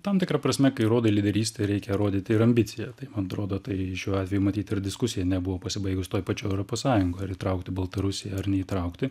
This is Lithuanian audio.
tam tikra prasme kai rodai lyderystę reikia rodyt ir ambiciją tai man atrodo tai šiuo atveju matyt ir diskusija nebuvo pasibaigus toj pačioj europos sąjungoj ar įtraukti baltarusiją ar neįtraukti